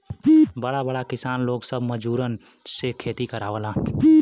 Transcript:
बड़ा बड़ा किसान लोग सब मजूरन से खेती करावलन